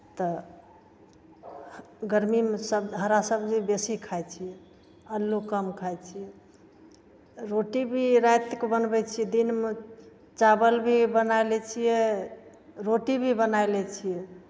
तऽ गर्मीमे हरा सब्जी बेसी खाइ छियै आलू कम खाइ छियै रोटी भी रातिकेँ बनबै छियै दिनमे चावल भी बना लै छियै रोटी भी बना लै छियै